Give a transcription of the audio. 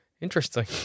interesting